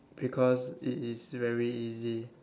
because it is very easy